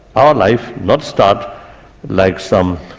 our life not start like some